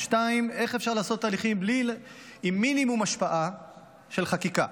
2. איך אפשר לעשות תהליכים עם מינימום השפעה של חקיקה?